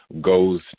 goes